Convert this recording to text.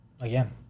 again